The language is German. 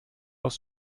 aus